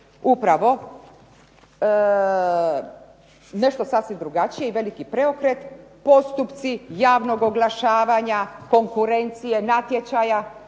upravo nešto sasvim drugačije i veliki preokret, postupci javnog oglašavanja, konkurencije, natječaja,